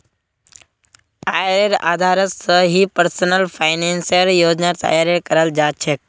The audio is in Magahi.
आयेर आधारत स ही पर्सनल फाइनेंसेर योजनार तैयारी कराल जा छेक